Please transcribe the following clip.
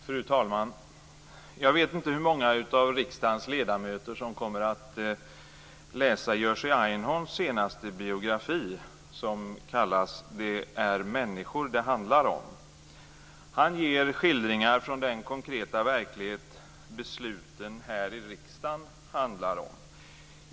Fru talman! Jag vet inte hur många av riksdagens ledamöter som kommer att läsa Jerzy Einhorns senaste biografi, Det är människor det handlar om. Han ger där skildringar från den konkreta verklighet som besluten här i riksdagen handlar om.